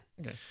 Okay